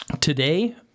Today